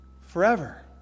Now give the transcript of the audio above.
forever